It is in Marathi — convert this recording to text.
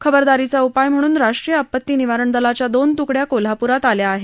खबरदारीचा उपाय म्हणून राष्ट्रीय आपती निवारण दलाच्या दोन त्कड्या कोल्हाप्रात आल्या आहेत